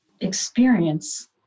experience